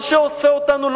מה שעושה אותנו,